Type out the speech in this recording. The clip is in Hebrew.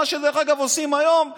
מה שדרך אגב עושים היום בקורונה.